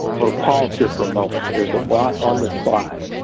but pause here for a moment. there's a lot on this slide.